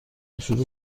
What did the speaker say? شروع